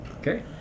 Okay